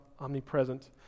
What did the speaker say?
omnipresent